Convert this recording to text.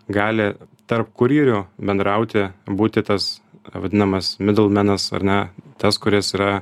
gali tarp kurjerių bendrauti būti tas vadinamas midolmenas ar ne tas kuris yra